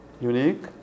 unique